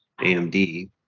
AMD